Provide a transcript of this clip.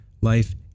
life